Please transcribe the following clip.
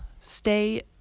Stay